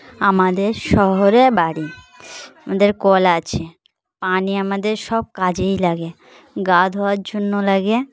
আমাদের শহরে বাড়ি আমাদের কল আছে পানি আমাদের সব কাজেই লাগে গা ধোয়ার জন্য লাগে